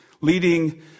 leading